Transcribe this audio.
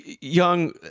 young